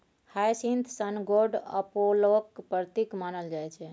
hyacinth sun god अपोलोक प्रतीक मानल जाइ छै